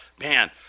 man